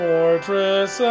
fortress